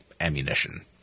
ammunition